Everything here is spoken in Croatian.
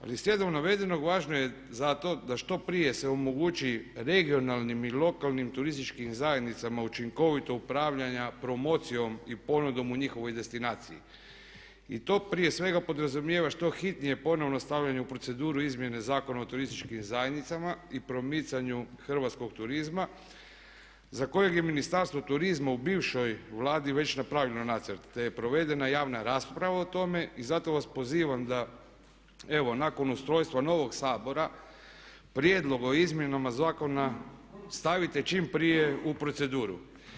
Ali slijedom navedenog važno je zato da što prije se omogući regionalnim i lokalnim turističkim zajednicama učinkovito upravljanje promocijom i ponudom u njihovoj destinaciji i to prije svega podrazumijeva što hitnije ponovno stavljanje u proceduru izmjene Zakona o turističkim zajednicama i promicanju hrvatskog turizma za kojeg je Ministarstvo turizma u bivšoj Vladi već napravilo nacrt te je provedena javna rasprava o tome i zato vas pozivam da evo nakon ustrojstva novog Sabora prijedlog o izmjenama zakona stavite čim prije u proceduru.